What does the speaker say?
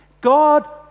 God